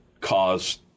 caused